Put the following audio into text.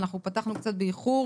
פתחנו קצת באיחור